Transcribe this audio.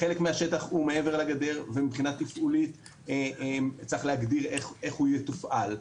חלק מהשטח הוא מעבר לגדר ומבחינה תפעולית צריך להגדיר איך הוא יתופעל.